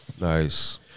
Nice